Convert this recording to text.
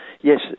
Yes